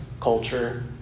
culture